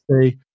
say